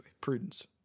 Prudence